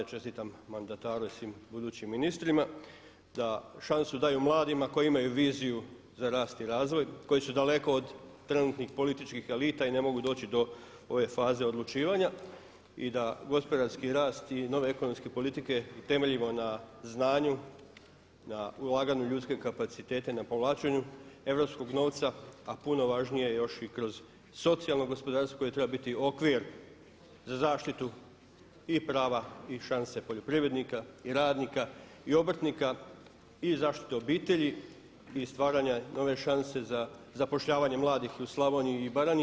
Čestitam mandataru i svim budućim ministrima da šansu daju mladima koji imaju viziju za rast i razvoj, koji su daleko od trenutnih političkih elita i ne mogu doći do ove faze odlučivanja i da gospodarski rast i nove ekonomske politike temeljimo na znanju, na ulaganju ljudskih kapaciteta i na povlačenju europskog novca, a puno važnije još i kroz socijalno gospodarstvo koje treba biti okvir za zaštitu i prava i šanse poljoprivrednika i radnika i obrtnika za zaštite obitelji i stvaranja nove šanse za zapošljavanje mladih i u Slavoniji i u Baranji.